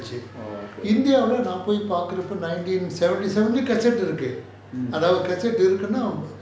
oh okay